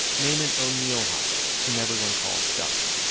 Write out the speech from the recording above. namon o'neal hoggle, whom everyone calls duck.